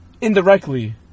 indirectly